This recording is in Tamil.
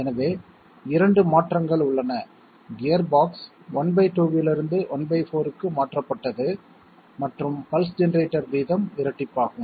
எனவே 2 மாற்றங்கள் உள்ளன கியர்பாக்ஸ் ½ இலிருந்து ¼ க்கு மாற்றப்பட்டது மற்றும் பல்ஸ் ஜெனரேட்டர் வீதம் இரட்டிப்பாகும்